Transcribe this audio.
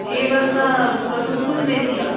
हीअ बस त बसंतकुंज वेंदी आहे